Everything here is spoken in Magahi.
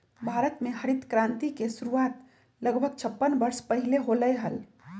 भारत में हरित क्रांति के शुरुआत लगभग छप्पन वर्ष पहीले होलय हल